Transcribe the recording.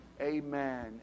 amen